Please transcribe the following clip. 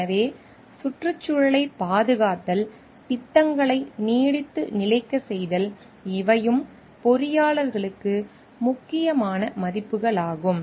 எனவே சுற்றுச்சூழலைப் பாதுகாத்தல் திட்டங்களை நீடித்து நிலைக்கச் செய்தல் இவையும் பொறியாளர்களுக்கு முக்கியமான மதிப்புகளாகும்